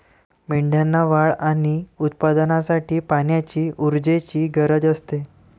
मेंढ्यांना वाढ आणि उत्पादनासाठी पाण्याची ऊर्जेची गरज असते